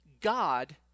God